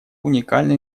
уникальный